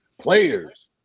players